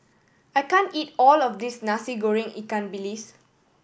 I can't eat all of this Nasi Goreng ikan bilis